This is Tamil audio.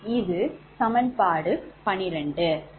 இது சமன்பாடு 12